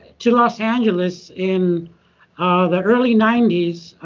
to los angeles in ah the early ninety s,